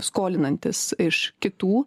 skolinantis iš kitų